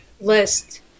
list